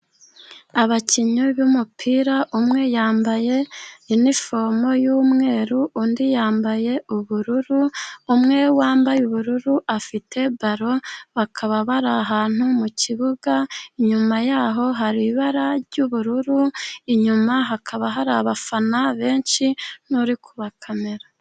Abakinnyi b'umupira umwe yambaye inifomo y'umweru, undi yambaye ubururu. Umwe wambaye ubururu afite baro, bakaba bari ahantu mu kibuga. Inyuma yaho hari ibara ry'ubururu, inyuma hakaba hari abafana benshi n'uri kuba kamera.